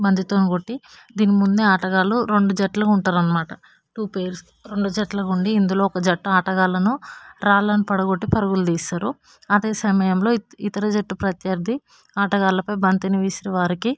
బంతితో కొట్టి దీని ముందు ఆటగాళ్ళు రెండు జట్లుగా ఉంటారన్నమాట టూ పెయిర్స్ రెండుజట్లుగా ఉండి ఇందులో ఒక జట్టు ఆటగాళ్ళను రాళ్ళను పడగొట్టి పరుగులు తీస్తారు అదే సమయంలో ఇతర జట్టు ప్రత్యర్ధి ఆటగాళ్ళపై బంతిని విసిరి వారికి